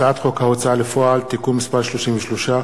הצעת חוק ההוצאה לפועל (תיקון מס' 33),